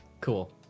cool